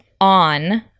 on